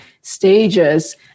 stages